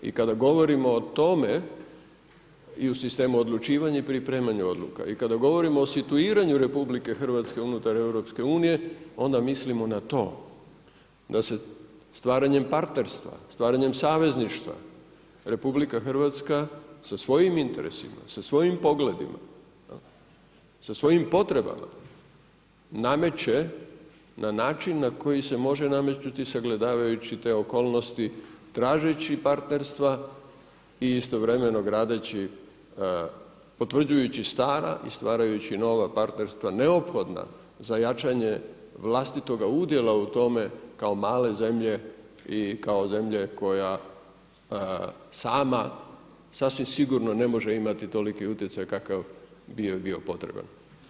I kada govorimo o tome i u sistemu odlučivanja i pripremanju odluka i kada govorimo o situiranju RH unutar EU onda mislimo na to da se stvaranjem partnerstva, stvaranjem savezništva RH sa svojim interesima, sa svojim pogledima, sa svojim potrebama nameće na način na koji se može nametnuti sagledavajući te okolnosti, tražeći partnerstva i istovremeno gradeći, potvrđujući stara i stvarajući nova partnerstva neophodna za jačanje vlastitoga udjela u tome kao male zemlje i kao zemlje koja sama sasvim sigurno ne može imati toliki utjecaj kakav bi joj bio potreban.